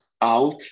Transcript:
out